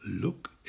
Look